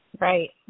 Right